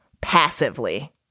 passively